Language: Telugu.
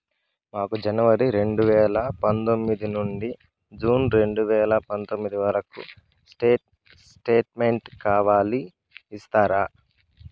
మాకు జనవరి రెండు వేల పందొమ్మిది నుండి జూన్ రెండు వేల పందొమ్మిది వరకు స్టేట్ స్టేట్మెంట్ కావాలి ఇస్తారా